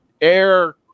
air